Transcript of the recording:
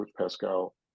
Pascal